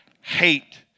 hate